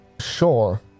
Sure